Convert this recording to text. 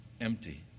empty